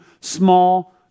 small